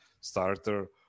starter